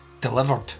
delivered